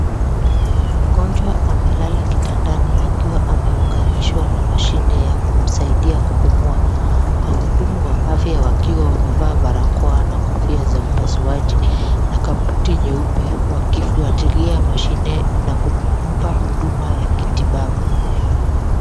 Mgonjwa amelala kitandani akiwa ameunganishwa na mashine ya kumsaidia kupumua. Wahudumu wa afya wakiwa wamevaa barakoa na kofia za upasuaji na kabuti nyeupe wakifuatilia mashine na kumpa huduma ya kitibabu.